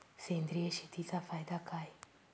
सेंद्रिय शेतीचा फायदा काय?